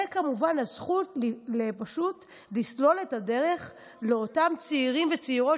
וכמובן הזכות פשוט לסלול את הדרך לאותם צעירים וצעירות